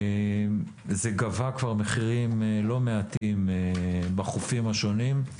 זה גבה כבר מחירים לא מעטים בחופים השונים,